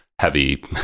heavy